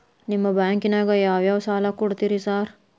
ನಿಮ್ಮ ಬ್ಯಾಂಕಿನಾಗ ಯಾವ್ಯಾವ ಸಾಲ ಕೊಡ್ತೇರಿ ಸಾರ್?